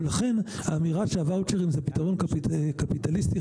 לכן האמירה שהוואוצ'רים זה פתרון קפיטליסטי,